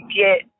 get